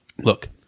look